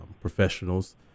professionals